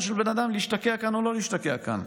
של בן אדם להשתקע כאן או לא להשתקע כאן.